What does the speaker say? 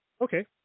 okay